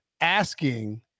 asking –